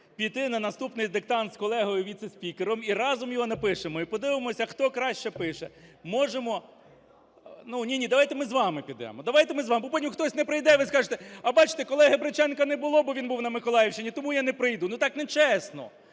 піти на наступний диктант, з колегою віце-спікером, і разом його напишемо, і подивимося, хто краще пише. Можемо… Ні-ні, давайте ми з вами підемо. Давайте ми з вами… Бо потім хтось не прийде, а ви скажете: "А, бачте, колегиБриченка не було, бо він був на Миколаївщині, тому я не прийду". Ну, так нечесно!